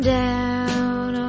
down